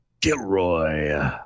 Gilroy